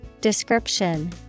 Description